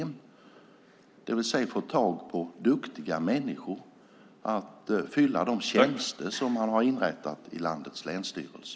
Man har haft svårt att få tag på duktiga människor till de tjänster som man inrättat vid landets länsstyrelser.